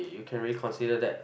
you can reconsider that